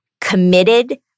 committed